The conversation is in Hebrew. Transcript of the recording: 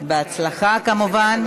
בהצלחה, כמובן.